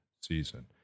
season